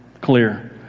clear